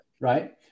Right